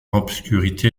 obscurité